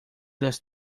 los